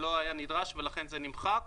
לא היו נדרשות ולכן זה נמחק.